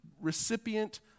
recipient